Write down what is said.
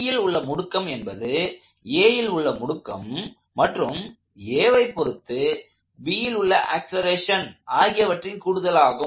Bல் உள்ள முடுக்கம் என்பது Aல் உள்ள முடுக்கம் மற்றும் Aவை பொருத்து Bல் உள்ள ஆக்ஸலரேஷன் ஆகியவற்றின் கூடுதலாகும்